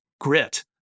grit